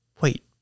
Wait